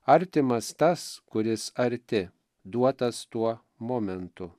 artimas tas kuris arti duotas tuo momentu